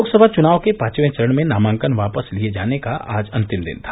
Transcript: लोकसभा चुनाव के पांचवें चरण में नामांकन वापस लिये जाने का आज अन्तिम दिन था